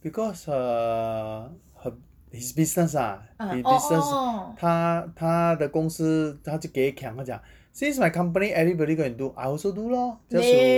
because her her his business ah his business 他他的公司他就 geh kiang 他讲 since my company everybody go and do I also do lor just to